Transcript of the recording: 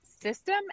system